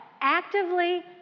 actively